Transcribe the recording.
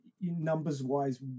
numbers-wise